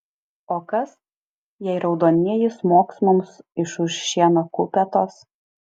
o kas jei raudonieji smogs mums iš už šieno kupetos